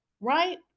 right